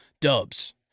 dubs